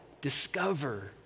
discover